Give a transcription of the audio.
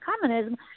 communism